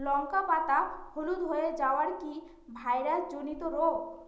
লঙ্কা পাতা হলুদ হয়ে যাওয়া কি ভাইরাস জনিত রোগ?